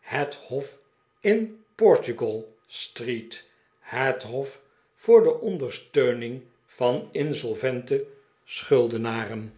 het hof in portugal street het hof voor ondersteuning van insolvente schuldenaren